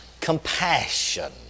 compassion